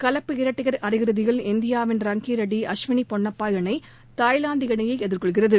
கலப்பு இரட்டையர் அரையிறுதியில் இந்தியாவின் ரங்கி ரெட்டி அஸ்வினி பொன்னப்பா இணை தாய்லாந்து இணையை எதிர்கொள்கிறது